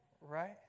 right